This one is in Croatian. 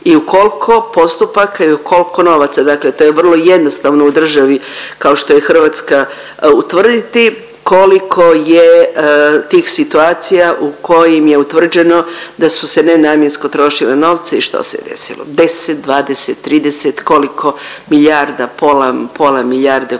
i u koliko postupaka i u koliko novaca. Dakle, to je vrlo jednostavno u državi kao što je Hrvatska utvrditi koliko je tih situacija u kojim je utvrđeno da su se nenamjensko trošili novci i što se je desilo, 10, 20, 30 koliko milijarda, pola, pola milijarde o